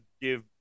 give